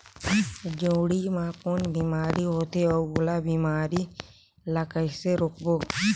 जोणी मा कौन बीमारी होथे अउ ओला बीमारी ला कइसे रोकबो?